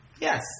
Yes